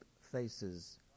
faces